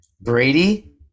Brady